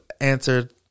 answered